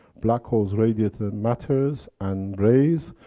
black holes radiate and matters and rays,